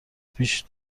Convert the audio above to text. پیش